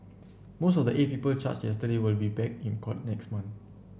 most of the eight people charged yesterday will be back in court next month